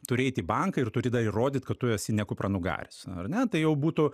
turi eit į banką ir turi da įrodyt kad tu esi ne kupranugaris ar ne tai jau būtų